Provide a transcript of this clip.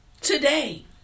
Today